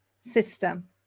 system